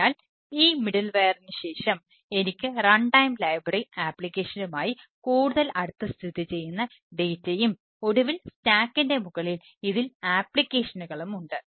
അതിനാൽ ഈ മിഡിൽവെയറിന് ഉണ്ട്